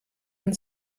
man